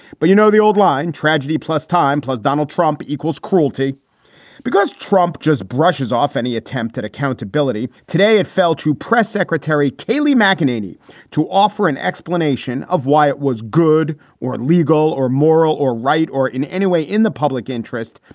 but you know the old line. tragedy plus time, donald trump equals cruelty because trump just brushes off any attempt at accountability. today, it fell to press secretary kaley mceneaney to offer an explanation of why it was good or legal or moral or right or in any way in the public interest,